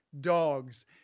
dogs